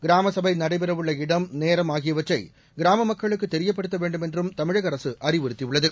கிராம சபை நடைபெறவுள்ள இடம் நேரம் ஆகியவற்றை கிராம மக்களுக்கு தெரியப்படுத்த வேண்டுமென்றும் தமிழக அரசு அறிவுறுத்தியுள்ளது